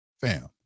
fam